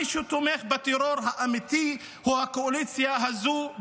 מי שתומך בטרור האמיתי הוא הקואליציה הזאת,